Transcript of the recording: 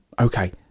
okay